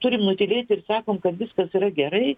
turim nutylėti ir sakom kad viskas yra gerai